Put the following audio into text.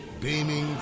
Beaming